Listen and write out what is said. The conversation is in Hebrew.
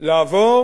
לעבור